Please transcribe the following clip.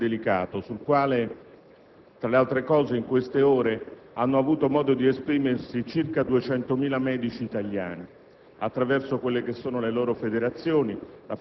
appare particolarmente delicato. Su di esso, tra le altre cose, in queste ore hanno avuto modo di esprimersi circa 200.000 medici italiani,